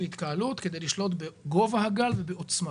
התקהלות כדי לשלוט בגובה הגל ובעוצמתו.